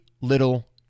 little